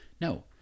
No